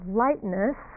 lightness